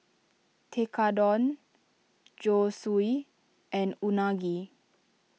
Tekkadon Zosui and Unagi